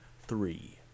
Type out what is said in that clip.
three